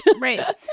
right